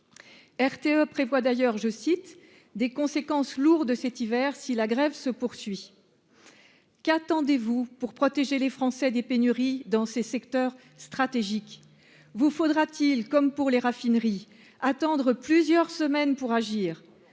RTE prévoit d'ailleurs, je cite, des conséquences lourdes cet hiver, si la grève se poursuit : qu'attendez-vous pour protéger les Français des pénuries dans ces secteurs stratégiques vous faudra-t-il, comme pour les raffineries attendre plusieurs semaines pour agir,